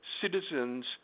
citizens